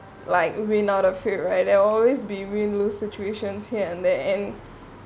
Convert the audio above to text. like win out of field right there always be win lose situations here and there and